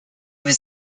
was